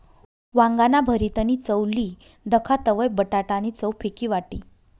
वांगाना भरीतनी चव ली दखा तवयं बटाटा नी चव फिकी वाटी